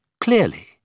clearly